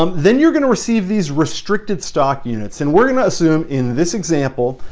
um then you're going to receive these restricted stock units. and we're gonna assume in this example,